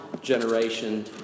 generation